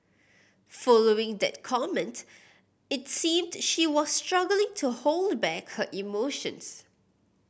following that comment it seemed she was struggling to hold back her emotions